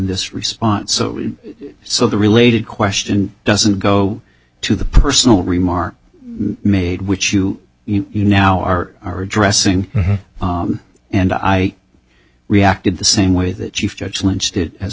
this response so the related question doesn't go to the personal remarks made which you you now are are addressing and i reacted the same way that you judge lynch